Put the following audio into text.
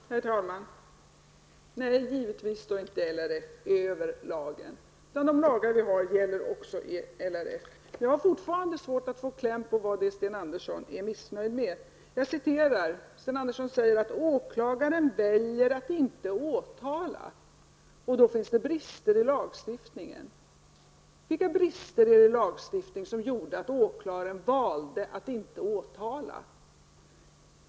Herr talman! Nej, givetvis står inte RLF över lagen. De lagar vi har gäller också RLF. Jag har fortfarande svårt att få kläm på vad det är Sten Andersson är missnöjd med. Sten Andersson säger att åklagaren väljer att inte åtala, och då finns det brister i lagstiftningen. Vilka brister i lagen är det som gjorde att åklagaren valde att inte åtala?